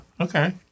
Okay